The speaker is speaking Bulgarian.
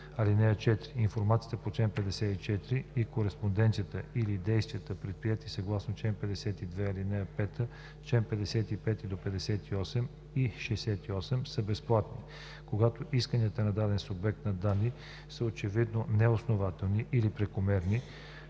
(4) Информацията по чл. 54 и кореспонденцията или действията, предприети съгласно чл. 52, ал. 5, чл. 55 – 58 и 68, са безплатни. Когато исканията от даден субект на данни са очевидно неоснователни или прекомерни,